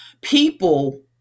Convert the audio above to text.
people